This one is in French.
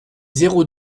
zéro